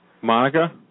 Monica